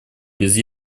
без